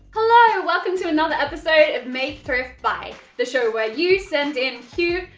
hello! welcome to another episode of make thrift buy, the show where you send in cute,